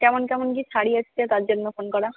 কেমন কেমন কী শাড়ি এসেছে তার জন্য ফোন করা